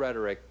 rhetoric